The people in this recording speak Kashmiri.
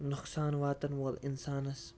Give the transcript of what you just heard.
نۅقصان واتان وول اِنسانَس